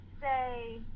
say